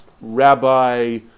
Rabbi